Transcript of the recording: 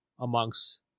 amongst